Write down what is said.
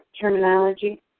terminology